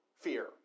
fear